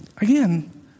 Again